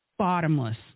Bottomless